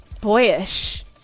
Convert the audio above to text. boyish